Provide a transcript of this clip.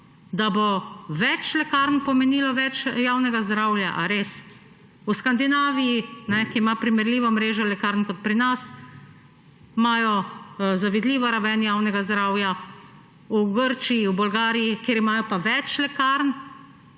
da bo več lekarn pomenilo več javnega zdravja. Ali res? V Skandinaviji, ki ima primerljivo mrežo lekarn, kot pri nas, imajo zavidljivo raven javnega zdravja, v Grčiji, v Bolgariji, kjer imajo pa več lekarn,